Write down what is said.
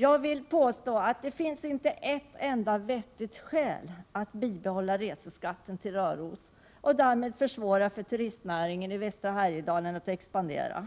Jag vill påstå att det inte finns ett enda vettigt skäl att bibehålla skatten på resor till Röros och därmed försvåra för turistnäringen i västra Härjedalen att expandera.